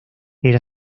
era